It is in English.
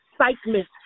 excitement